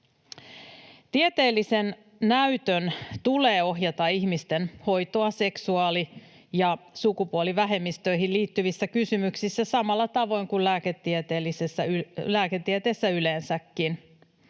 Tieteellisen näytön tulee ohjata ihmisten hoitoa seksuaali- ja sukupuolivähemmistöihin liittyvissä kysymyksissä samalla tavoin kuin lääketieteessä yleensäkin.